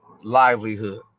livelihood